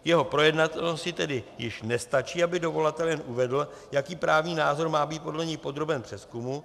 K jeho projednatelnosti tedy již nestačí, aby dovolatel jen uvedl, jaký právní názor má být podle něj podroben přezkumu.